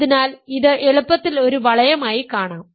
അതിനാൽ ഇത് എളുപ്പത്തിൽ ഒരു വളയമായി കാണാം